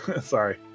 Sorry